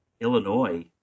Illinois